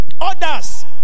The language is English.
Others